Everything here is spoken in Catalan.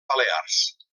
balears